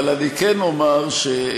אבל אני כן אומר שאני,